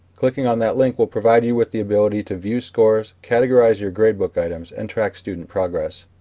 clicking on that link will provide you with the ability to view scores, categorize your gradebook items and track student progress.